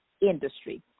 industry